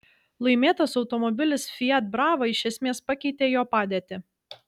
laimėtas automobilis fiat brava iš esmės pakeitė jo padėtį